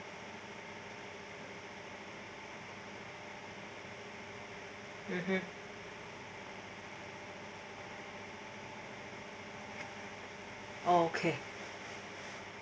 mmhmm okay